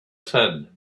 said